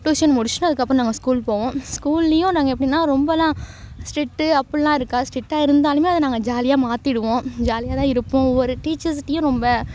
tuition முடிச்சுட்டு அதுக்கப்புறம் நாங்கள் ஸ்கூல் போவோம் ஸ்கூல்லேயும் நாங்கள் எப்படின்னா ரொம்பலாம் ஸ்ட்ரிட்டு அப்பிடிலாம் இருக்காது ஸ்ட்ரிக்ட்டா இருந்தாலும் அதை நாங்கள் ஜாலியாக மாற்றிடுவோம் ஜாலியாக தான் இருப்போம் ஒவ்வொரு டீச்சர்ஸ்ட்டேயும் ரொம்ப